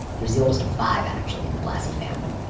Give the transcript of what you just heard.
he was the oldest of five, actually, in the blassi family.